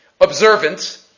observant